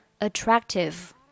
attractive